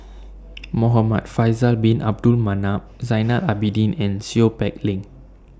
Muhamad Faisal Bin Abdul Manap Zainal Abidin and Seow Peck Leng